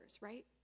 right